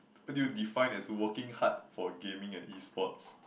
what do you define as working hard for gaming and E-sports